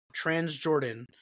Transjordan